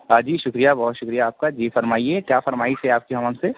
ہاں جی شُکریہ بہت شُکریہ آپ کا جی فرمائیے کیا فرمائش ہے آپ کی اب ہم سے